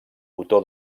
botó